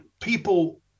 people